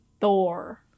Thor